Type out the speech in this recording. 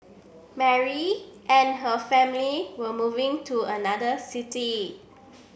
Mary and her family were moving to another city